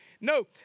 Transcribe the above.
No